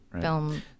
...film